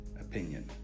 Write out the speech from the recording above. opinion